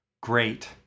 great